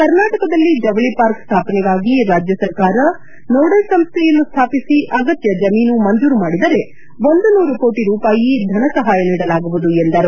ಕರ್ನಾಟಕದಲ್ಲಿ ಜವಳಿ ಪಾರ್ಕ್ ಸ್ಥಾಪನೆಗಾಗಿ ರಾಜ್ಯ ಸರ್ಕಾರ ನೋಡಲ್ ಸಂಸ್ವೆಯನ್ನು ಸ್ಥಾಪಿಸಿ ಅಗತ್ಯ ಜಮೀನು ಮಂಜೂರು ಮಾಡಿದರೆ ಒಂದು ನೂರು ಕೋಟ ರೂಪಾಯಿ ಧನಸಹಾಯ ನೀಡಲಾಗುವುದು ಎಂದರು